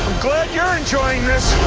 glad you're enjoying this! i